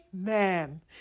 Amen